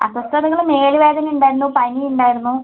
അസ്വസ്ഥതകൾ മേല് വേദന ഉണ്ടായിരുന്നു പനി ഉണ്ടായിരുന്നു